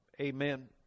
Amen